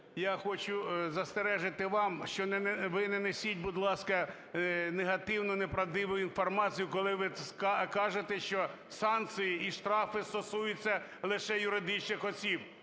Я хочу застережити вам, що ви не несіть, будь ласка, негативну, неправдиву інформацію, коли ви кажете, що санкції і штрафи стосуються лише юридичних осіб.